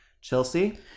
Chelsea